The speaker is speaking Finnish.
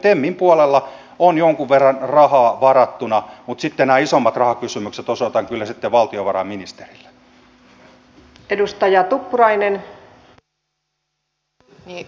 temin puolella on jonkin verran rahaa varattuna mutta nämä isommat rahakysymykset osoitan kyllä sitten valtiovarainministerille